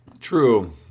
True